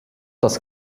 das